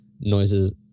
noises